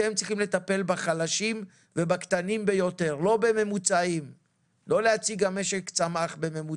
אתם צריכים לטפל בחלשים ובקטנים ולא להתייחס לצמיחה ממוצעת.